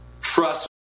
trust